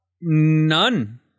None